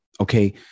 okay